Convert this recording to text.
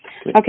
okay